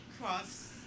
cross